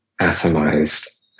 atomized